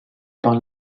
par